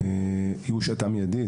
והיא הושהתה מיידית.